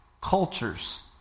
cultures